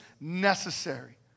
necessary